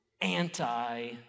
anti